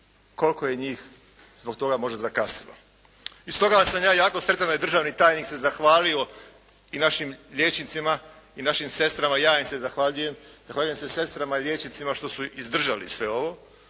koliko je njih zbog toga možda zakasnilo. I stoga sam ja jako sretan da je državni tajnik se zahvalio i našim liječnicima i našim sestrama, ja im se zahvaljujem, zahvaljujem se sestrama i liječnicima što su izdržali sve ovo,